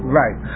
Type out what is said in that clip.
right